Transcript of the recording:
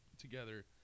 together